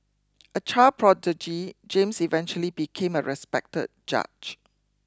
a child prodigy James eventually became a respected judge